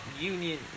union